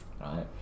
right